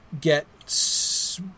get